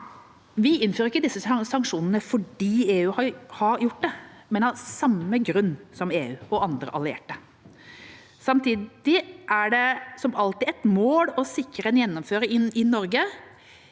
Vi innfører ikke disse sanksjonene fordi EU har gjort det, men av samme grunn som EU og andre allierte. Samtidig er det som alltid et mål å sikre en gjennomføring i Norge